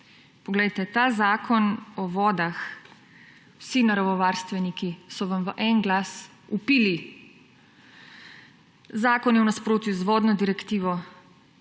Poglejte, ta Zakon o vodah − vsi naravovarstveniki so vam v eden glas vpili, zakon je v nasprotju z vodno direktivo,